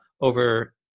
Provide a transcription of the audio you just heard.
over